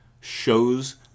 shows